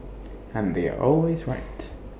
and they are always right